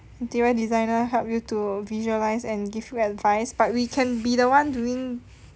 interior designer help you to visualise and give you advice but we can be the one doing